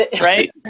right